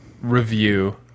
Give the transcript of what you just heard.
review